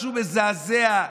משהו מזעזע,